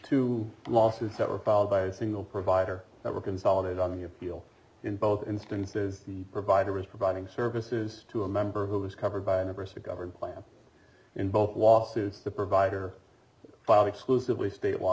two lawsuits that were filed by a single provider that were consolidated on the appeal in both instances the provider is providing services to a member who is covered by numbers or governed by a invoke lawsuits the provider filed exclusively state law